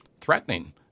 threatening